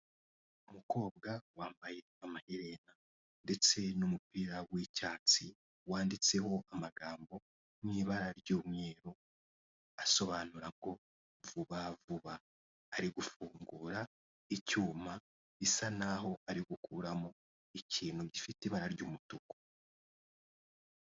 Umukobwa wambaye amaherena ndetse n'umupira w'icyatsi wanditseho amagambo mu ibara ry'umweru, asobanura ngo vuba vuba. Ari gufungura icyuma bisa naho ari gukuramo ikintu gifite ibara ry'umutuku.